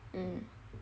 mm